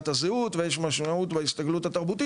הזהות ויש משמעות בהסתגלות התרבות.